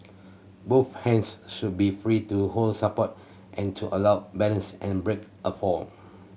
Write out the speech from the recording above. both hands should be free to hold support and to allow balance and break a fall